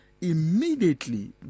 immediately